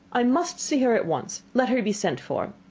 i must see her at once. let her be sent for.